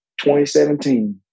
2017